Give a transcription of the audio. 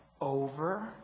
over